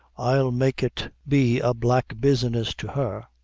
i'll make it be a black business to her.